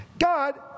God